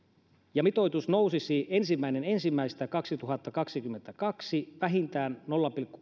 ja mitoitus nousisi ensimmäinen ensimmäistä kaksituhattakaksikymmentäkaksi vähintään nolla pilkku